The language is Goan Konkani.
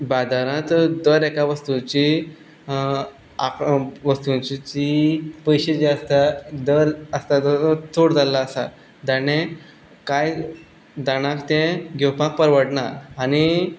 बाजारांत दर एका वस्तूची आंक वस्तूची जी पयशे जे आसतात दर आसता ताचो चड जाल्लो आसा दाणे कांय दाणांक तें घेवपाक परवडना आनी